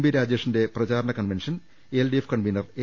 B രാജേഷിന്റെ പ്രചാരണ convention LDF convener A